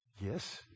Yes